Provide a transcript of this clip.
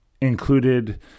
included